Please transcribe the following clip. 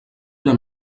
una